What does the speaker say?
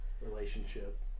relationship